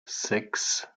sechs